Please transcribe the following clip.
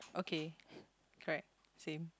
okay correct same